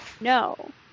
no